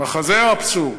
מחזה אבסורד,